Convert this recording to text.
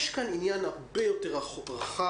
יש כאן עניין הרבה יותר רחב,